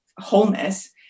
wholeness